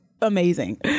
amazing